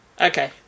Okay